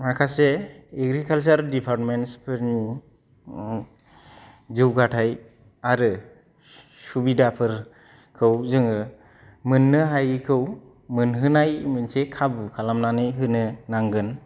माखासे एग्रिकालचार डिपार्टमेन्सफोरनि जौगाथाय आरो सुबिदाफोरखौ जोङो मोननो हायिखौ मोनहोनाय मोनसे खाबु खालामनानै होनो नांगोन